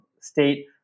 state